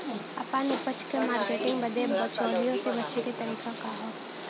आपन उपज क मार्केटिंग बदे बिचौलियों से बचे क तरीका का ह?